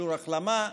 אישור החלמה,